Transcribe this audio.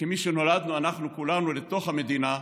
וכמי שנולדנו אנחנו כולנו לתוך המדינה,